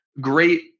great